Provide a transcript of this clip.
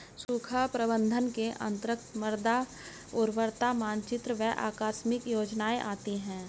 सूखा प्रबंधन के अंतर्गत मृदा उर्वरता मानचित्र एवं आकस्मिक योजनाएं आती है